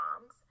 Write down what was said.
moms